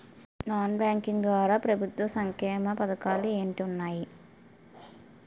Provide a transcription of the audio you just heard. Non banking ద్వారా ప్రభుత్వ సంక్షేమ పథకాలు ఏంటి ఉన్నాయి?